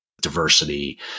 diversity